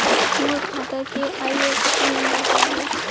मोर खाता के IFSC number का हे?